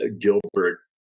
Gilbert